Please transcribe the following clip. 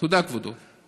תודה, כבודו.